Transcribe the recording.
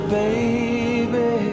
baby